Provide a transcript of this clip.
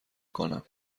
کنم